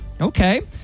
Okay